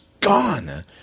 gone